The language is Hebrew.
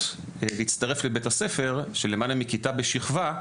להצטרף לבית הספר של למעלה מכיתה בשכבה,